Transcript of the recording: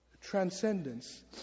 transcendence